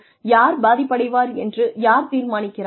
யார் பாதிப்படைவார் என்று யார் தீர்மானிக்கிறார்கள்